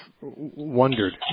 wondered